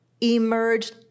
emerged